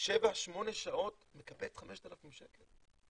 7-8 שעות ומקבלת 5,000 שקל.